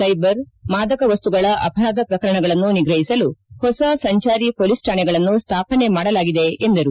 cyber ಮಾದಕ ವಸ್ತುಗಳ ಅಪರಾಧ ಪ್ರಕರಣಗಳನ್ನು ನಿಗ್ರಹಿಸಲು ಹೊಸ ಸಂಚಾರಿ ಮೊಲೀಸ್ ಠಾಣೆಗಳನ್ನು ಸ್ಥಾಪನೆ ಮಾಡಲಾಗಿದೆ ಎಂದರು